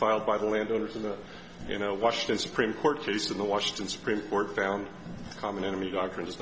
filed by the landowners in the you know washington supreme court case in the washington supreme court found common enemy doctrines